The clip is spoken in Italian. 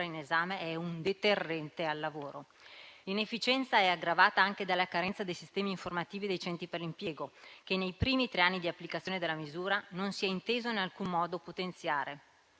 in esame è un deterrente al lavoro. L'inefficienza è aggravata anche dalle carenze dei sistemi informativi dei centri per l'impiego, che nei primi tre anni di applicazione della misura non si è inteso in alcun modo potenziare: